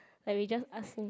like we just ask him